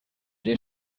dir